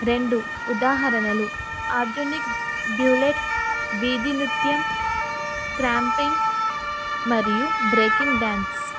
రెండు ఉదాహరణలు organic ballet వీధి నృత్యం క్రంపింగ్ మరియు బ్రేకింగ్ డాన్స్